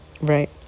Right